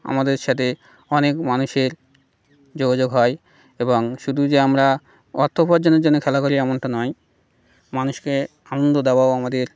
আমাদের সাথে অনেক মানুষের যোগাযোগ হয় এবং শুধু যে আমরা অর্থ উপার্জনের জন্য খেলাধুলি এমনটা নয় মানুষকে আনন্দ দেওয়াও আমাদের